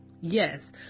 Yes